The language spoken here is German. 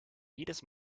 jedes